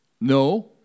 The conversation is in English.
No